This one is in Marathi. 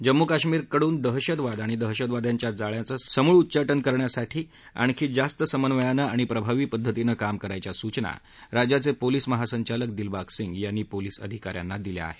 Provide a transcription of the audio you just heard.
जम्मू कश्मीरकडून दहशतवाद आणि दहशवाद्यांच्या जाळ्याचं समूळ उच्चाटन करण्यासाठी आणखी जास्त समन्वयानं आणि प्रभावी पद्धतीनं काम करायच्या सूचना राज्याचे पोलिस महासंचालक दिलबाग सिंग यांनी पोलिस अधिका यांना दिल्या आहेत